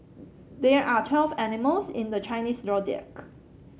there are twelve animals in the Chinese Zodiac